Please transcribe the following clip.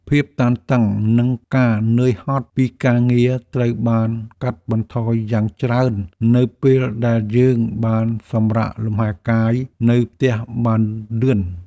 ភាពតានតឹងនិងការនឿយហត់ពីការងារត្រូវបានកាត់បន្ថយយ៉ាងច្រើន នៅពេលដែលយើងបានសម្រាកលំហែកាយនៅផ្ទះបានលឿន។